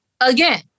Again